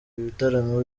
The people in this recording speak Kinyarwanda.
bitaramo